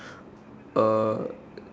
uh